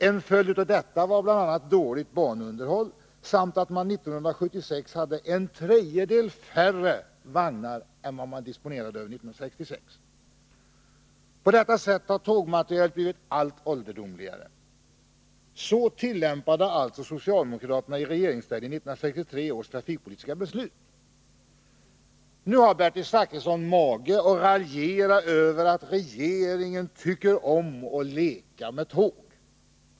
En följd av detta var bl.a. dåligt banunderhåll samt att man 1976 hade en tredjedel färre vagnar än man disponerade över 1966. På detta sätt har tågmaterielet blivit allt ålderdomligare. Så tillämpade alltså socialdemokraterna i regeringsställning 1963 års trafikpolitiska beslut! Nu har Bertil Zachrisson mage att raljera över att regeringen tycker om att leka med tåg.